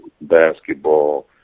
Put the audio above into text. basketball